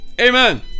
Amen